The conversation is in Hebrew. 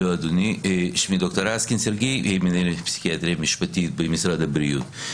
אני מנהל פסיכיאטריה משפטית במשרד הבריאות.